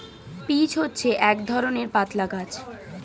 peach হচ্ছে এক ধরণের পাতলা গাছ